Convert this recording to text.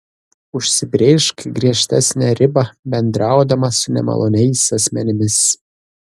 užsibrėžk griežtesnę ribą bendraudama su nemaloniais asmenimis